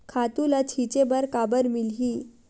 खातु ल छिंचे बर काबर मिलही?